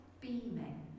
beaming